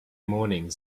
morning